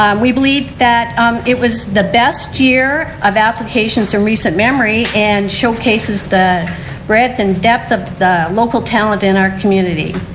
um we believe that it was the best year of applications in so recent memory and showcases the breath and depth of the local talent in our community.